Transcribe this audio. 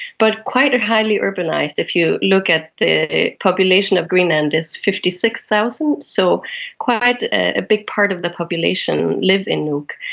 but it's quite highly urbanised. if you look at the population of greenland, it's fifty six thousand, so quite a big part of the population live in nuuk.